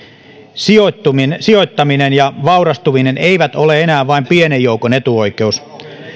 sijoittaminen sijoittaminen ja vaurastuminen eivät ole enää vain pienen joukon etuoikeus